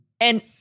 And-